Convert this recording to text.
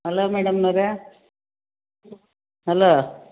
hello ಮೇಡಮ್ನೋರೆ hello